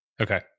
Okay